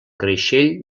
creixell